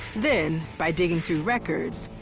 then by digging through records,